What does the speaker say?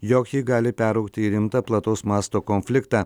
jog ji gali peraugti į rimtą plataus masto konfliktą